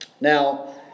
now